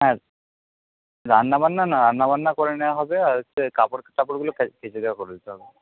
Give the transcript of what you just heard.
হ্যাঁ রান্না বান্না না রান্না বান্না করে নেওয়া হবে আর হচ্ছে কাপড় টাপড়গুলো কেচে দেওয়া করে দিতে হবে